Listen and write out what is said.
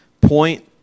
point